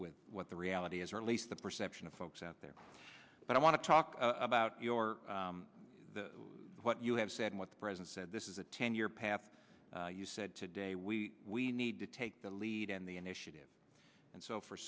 with what the reality is or at least the perception of folks out there but i want to talk about your what you have said what the president said this is a ten year path you said today we we need to take the lead in the initiative and so for